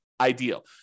ideal